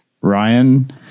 Ryan